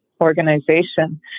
organization